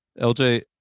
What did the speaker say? LJ